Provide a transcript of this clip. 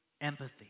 empathy